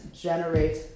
generate